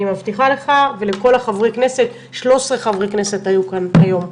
אני מבטיחה לך ולכל חברי הכנסת 13 חברי כנסת היו כאן היום,